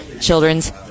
Children's